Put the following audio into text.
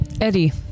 Eddie